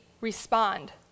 respond